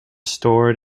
stored